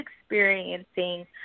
experiencing